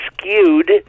skewed